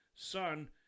Son